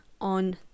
on